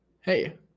hey